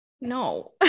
no